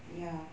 ya